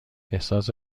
احساس